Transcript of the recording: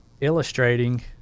illustrating